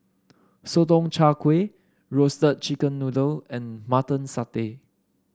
Sotong Char Kway Roasted Chicken Noodle and Mutton Satay